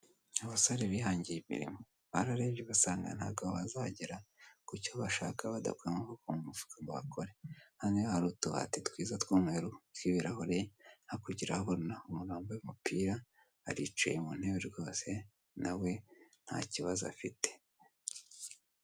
Abasore bihangiye imirimo bararebye basanga ntago bazagera ku cyo bashaka badakuye amaboko mu mufuka ngo bakore, hano hari utubati twiza tw'umweru tw'ibirahure hakurya urahabona umuntu wambaye umupira aricaye mu ntebe rwose nawe nta kibazo afite.